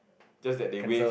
just that they waive